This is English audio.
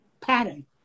pattern